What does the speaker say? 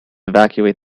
evacuate